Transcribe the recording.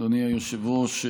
אדוני היושב-ראש.